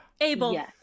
abel